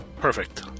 perfect